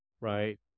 right